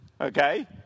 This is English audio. okay